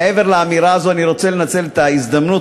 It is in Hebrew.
מעבר לאמירה הזאת אני רוצה לנצל את ההזדמנות,